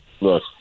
Look